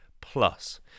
plus